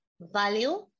value